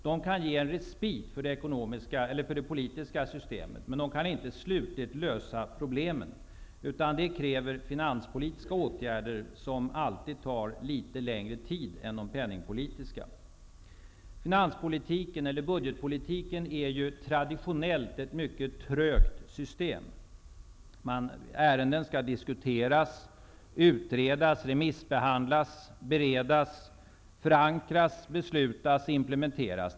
Den kan ge en respit för det politiska systemet men kan inte slutligt lösa problemen. För det krävs finanspolitiska åtgärder som alltid fordrar litet längre tid än de penningpolitiska. Finanspolitiken, budgetpolitiken, är ju traditionellt ett mycket trögt system. Ärenden skall diskuteras, utredas, remissbehandlas, beredas, förankras, beslutas och implementeras.